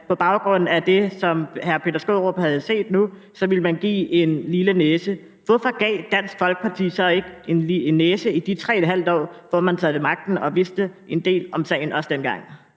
på baggrund af det, som hr. Peter Skaarup havde set nu, ville give en lille næse. Hvorfor gav Dansk Folkeparti så ikke en næse i de 3½ år, hvor man sad ved magten og vidste en del om sagen, også dengang?